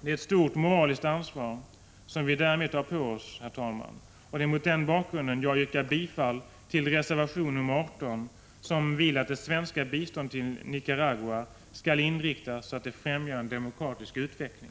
Det är ett stort moraliskt ansvar som vi därmed tar på oss. Herr talman! Det är mot denna bakgrund jag yrkar bifall till reservation 18, som vill att det svenska biståndet till Nicaragua skall inriktas så att det främjar en demokratisk utveckling.